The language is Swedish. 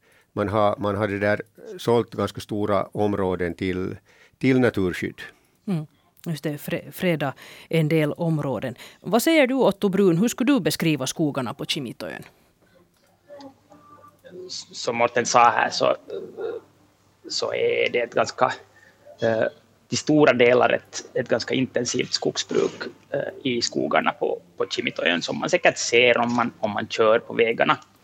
Man har- man har det där sålt ganska stora områden till- till naturskydd. Mm, just det. Fre- freda en del områden. Vad säger du, Otto Brun? Hur skulle du beskriva skogarna på Kimitoön? Som Morten sa här så- så är det ett ganska, eh, till stora delar ett- ett ganska intensivt skogsbruk, eh, i skogarna på- på Kimitoön som man säkert ser om man- om man kör på vägarna.